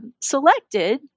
selected